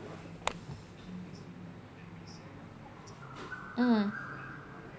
mm